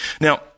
Now